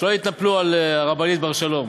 ושלא יתנפלו על הרבנית בר-שלום.